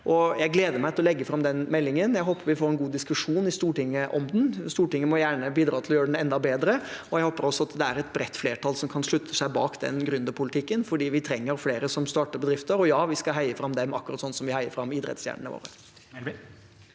jeg gleder meg til å legge fram den meldingen. Jeg håper vi får en god diskusjon i Stortinget om den, og Stortinget må gjerne bidra til å gjøre den enda bedre. Jeg håper også at det er et bredt flertall som kan stille seg bak den gründerpolitikken, for vi trenger flere som starter bedrifter – og ja, vi skal heie fram dem akkurat sånn som vi heier fram idrettsstjernene våre.